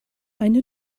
eine